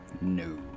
No